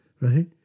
right